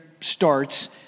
starts